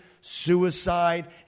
suicide